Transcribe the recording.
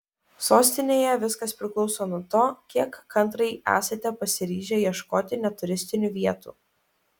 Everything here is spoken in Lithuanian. sostinėje viskas priklauso nuo to kiek kantriai esate pasiryžę ieškoti ne turistinių vietų